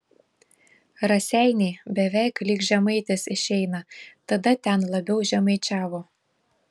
raseiniai beveik lyg žemaitis išeina tada ten labiau žemaičiavo